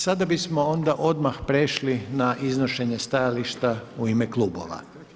Sada bismo onda odmah prešli na iznošenje stajališta u ime klubova.